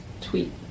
tweet